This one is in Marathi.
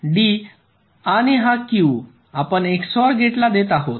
D आणि हा Q आपण XOR गेटला देत आहोत